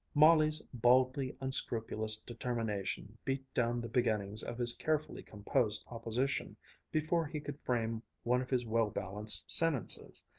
molly's baldly unscrupulous determination beat down the beginnings of his carefully composed opposition before he could frame one of his well-balanced sentences.